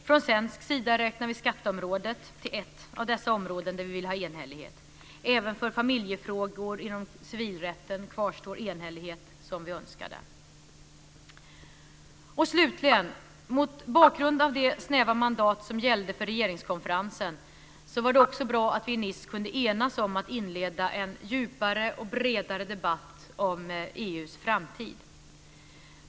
Från svensk sida räknar vi skatteområdet till ett av dessa områden där vi vill ha enhällighet. Även för familjefrågor inom civilrätten kvarstår enhällighet som vi önskade. Slutligen: Mot bakgrund av det snäva mandat som gällde för regeringskonferensen var det också bra att vi i Nice kunde enas om att inleda en djupare och bredare debatt om EU:s framtid.